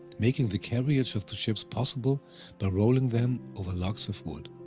making the carriage of the ships possible by rolling them over like so of wood.